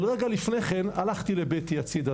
אבל רגע לפני כן הלכתי לבטי הצידה.